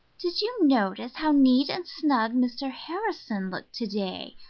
did you notice how neat and snug mr. harrison looked today?